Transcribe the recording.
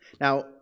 Now